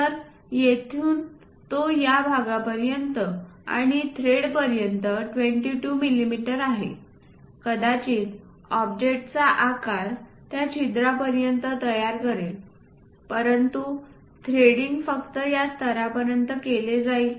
तर येथून तो या भागापर्यंत आणि थ्रेडपर्यंत 22 मिमी आहे कदाचित ऑब्जेक्टचा आकार त्या छिद्रापर्यंत तयार करेल परंतु थ्रेडिंग फक्त या स्तरापर्यंत केले जाईल